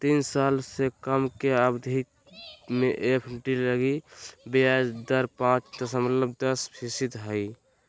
तीन साल से कम के अवधि के एफ.डी लगी ब्याज दर पांच दशमलब दस फीसदी हइ